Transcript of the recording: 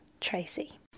Tracy